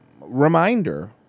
Reminder